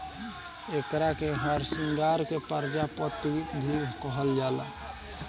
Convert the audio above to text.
एकरा के हरसिंगार के प्रजाति भी कहल जाला